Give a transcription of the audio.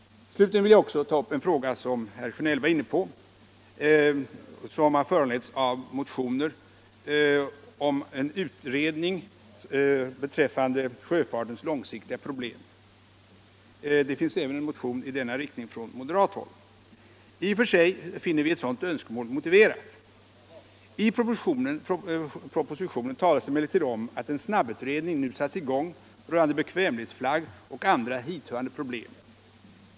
Slutligen vill jag ta upp en fråga som herr Sjönell var inne på och som föranletts av motioner om en utredning beträffande sjöfartens långsiktiga problem. Motioner i denna riktning finns även från moderat håll. I och för sig finner vi ett sådant önskemål motiverat. I propositionen talas emellertid om att en snabbutredning nu satts i gång rörande bekvämlighetsflagg och andra hithörande problem.